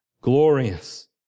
glorious